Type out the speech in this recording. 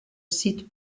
site